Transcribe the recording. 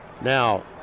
Now